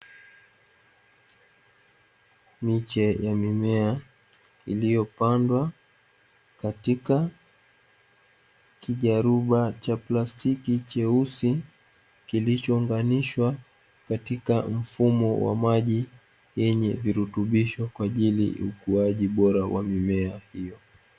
Miche ya mimea iliyopandwa katika kijaruba cha plastiki cheusi, kilichounganishwa katika mfumo wa maji, yenye virutubisho kwa ajili ukuaji bora wa mimea hiyo.